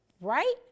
right